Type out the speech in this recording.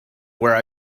where